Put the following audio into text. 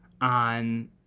on